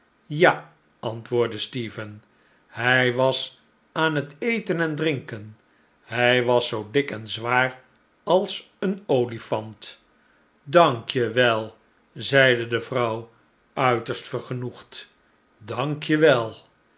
ja antwoordde stephen hij was aan het eten en drinken hij was zoo dik eh zwaar als een olifant dank je wel zeide de vrouw uiterst vergenoegd dank je